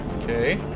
Okay